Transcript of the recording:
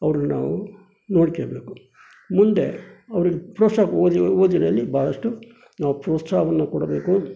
ಅವ್ರನ್ನು ನಾವು ನೋಡ್ಕೋಬೇಕು ಮುಂದೆ ಅವ್ರಿಗೆ ಪ್ರೋತ್ಸಾಹ ಓದಿನ ಓದಿನಲ್ಲಿ ಭಾಳಷ್ಟು ನಾವು ಪ್ರೋತ್ಸಾಹವನ್ನು ಕೊಡಬೇಕು